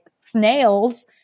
snails